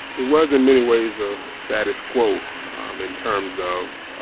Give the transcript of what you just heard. it was, in many ways, a status quo in terms of,